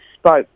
spoke